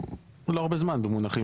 זה לא הרבה זמן במונחים.